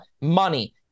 money